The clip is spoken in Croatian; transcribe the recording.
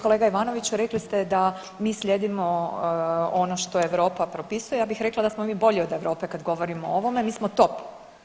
Kolega Ivanoviću rekli ste da mi slijedimo ono što Europa propisuje, ja bih rekla da smo mi bolji od Europe kad govorimo o ovome, mi smo top.